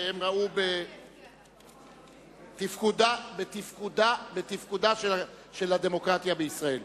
הם ראו את תפקודה של הדמוקרטיה בישראל.